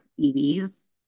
EVs